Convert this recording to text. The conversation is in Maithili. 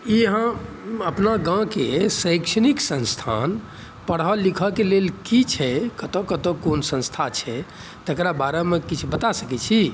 की अहाँ अपना गाँमके शैक्षणिक संस्थान पढ़ऽ लिखऽ के लेल की छै कतऽ कतऽ कोन संस्था छै तकरा बारेमे किछु बता सकै छी